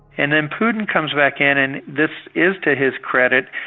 and then putin comes back in and this is to his credit,